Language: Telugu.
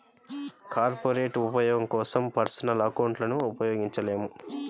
కార్పొరేట్ ఉపయోగం కోసం పర్సనల్ అకౌంట్లను ఉపయోగించలేము